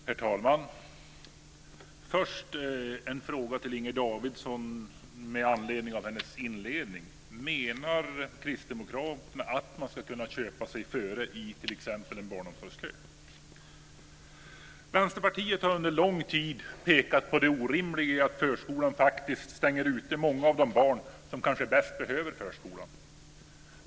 Herr talman! Jag har först en fråga till Inger Davidson med anledning av hennes inledning: Menar Kristdemokraterna att man ska kunna köpa sig före i t.ex. en barnomsorgskö? Vänsterpartiet har under lång tid pekat på det orimliga i att förskolan faktiskt stänger ute många av de barn som kanske bäst behöver förskolan.